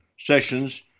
sessions